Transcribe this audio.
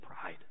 pride